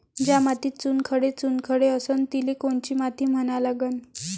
ज्या मातीत चुनखडे चुनखडे असन तिले कोनची माती म्हना लागन?